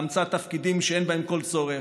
בהמצאת תפקידים שאין בהם כל צורך,